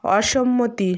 অসম্মতি